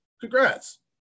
Congrats